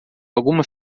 alguma